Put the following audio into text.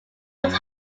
would